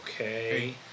okay